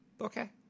Okay